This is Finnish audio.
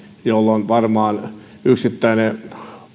jolloin yksittäinen